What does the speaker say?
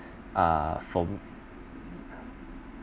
uh from